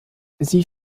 sie